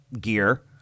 gear